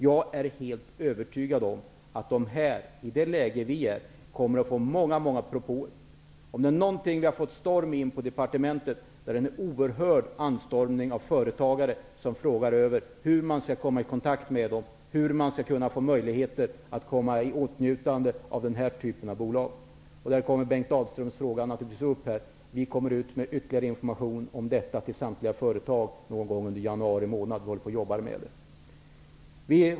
Jag är helt övertygad om att de, i det läge där vi nu befinner oss, kommer att få många propåer. Vi har på departementet fått en oerhörd anstormning av företagare som frågar hur man skall komma i kontakt med riskkapitalbolagen. Detta tangerar naturligtvis Bengt Dalströms fråga. Vi går ut till samtliga företag med ytterligare information om detta någon gång under januari månad. Vi håller nu på att jobba med det.